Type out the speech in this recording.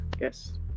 Yes